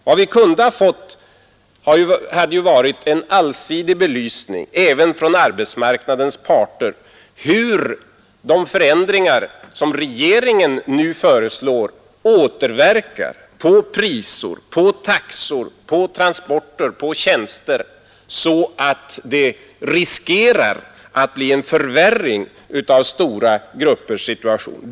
Vad vi kunde ha fått är en allsidig belysning, även från arbetsmarknadens parter, av hur de förändringar som regeringen nu föreslår återverkar på priser, på taxor, på transportkostnader och på tjänster så att vi riskerar en försämring av stora gruppers situation.